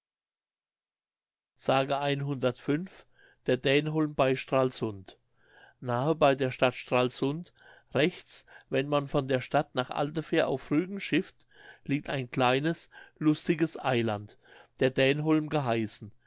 der dänholm bei stralsund nahe bei der stadt stralsund rechts wenn man von der stadt nach altefähr auf rügen schifft liegt ein kleines lustiges eiland der dänholm geheißen